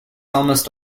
almost